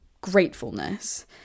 gratefulness